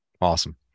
awesome